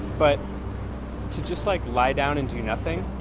but to just like lie down and do nothing,